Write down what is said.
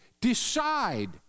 decide